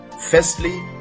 firstly